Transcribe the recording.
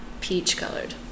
peach-colored